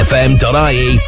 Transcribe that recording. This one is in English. .fm.ie